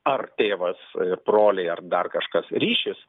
ar tėvas ir broliai ar dar kažkas ryšis